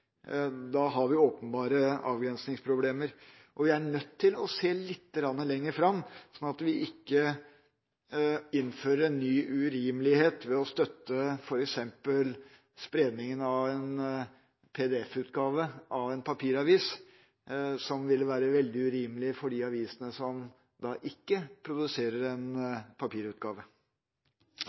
Da har vi åpenbart avgrensningsproblemer. Vi er nødt til å se litt lenger fram, sånn at vi ikke innfører en ny urimelighet, ved f.eks. å støtte spredningen av en PDF-utgave av en papiravis, noe som ville være veldig urimelig overfor de avisene som ikke produserer en papirutgave.